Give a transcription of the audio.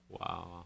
wow